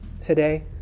today